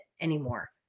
anymore